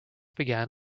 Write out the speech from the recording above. began